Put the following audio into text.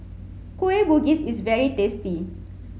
Kueh Bugis is very tasty